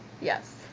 Yes